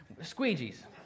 Squeegees